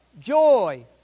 joy